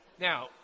Now